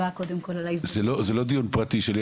זה לא דיון פרטי שלי,